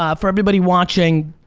um for everybody watching,